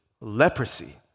leprosy